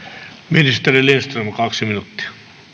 ministeri lindström kaksi minuuttia